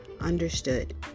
Understood